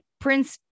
Prince